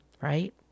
right